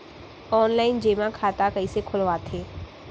Online जेमा खाता कइसे खोलवाथे?